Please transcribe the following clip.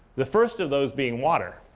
the first of those being water.